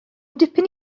dipyn